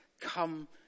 come